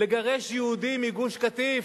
לגרש יהודים מגוש-קטיף,